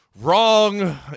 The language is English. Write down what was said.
wrong